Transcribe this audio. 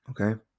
Okay